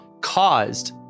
caused